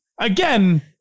again